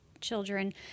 children